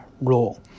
role